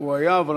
הוא היה פה.